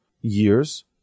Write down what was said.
years